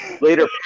Later